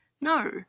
No